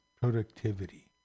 productivity